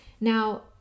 Now